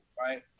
Right